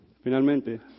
Finalmente